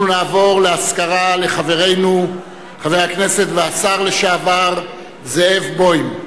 אנחנו נעבור לאזכרה לחברנו חבר הכנסת והשר לשעבר זאב בוים.